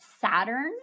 Saturn